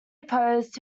opposed